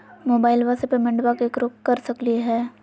मोबाइलबा से पेमेंटबा केकरो कर सकलिए है?